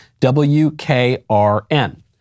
WKRN